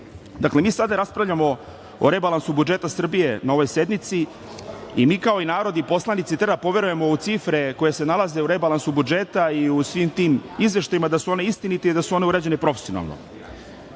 Srbiji. Dakle, mi sada raspravljamo o rebalansu budžeta Srbije na ovoj sednici i mi kao i narod i poslanici treba da poverujemo u cifre koje se nalaze u rebalansu budžeta i u svim tim izveštajima da su one istinite i da su one urađene profesionalno.